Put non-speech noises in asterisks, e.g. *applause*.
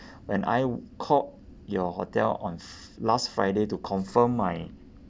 *breath* when I called your hotel on fr~ last friday to confirm my